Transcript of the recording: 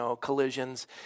collisions